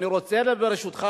ברשותך,